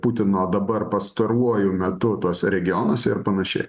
putino dabar pastaruoju metu tuose regionuose ir panašiai